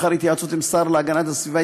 לאחר התייעצות עם השר להגנת הסביבה,